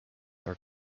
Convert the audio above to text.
are